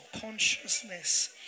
consciousness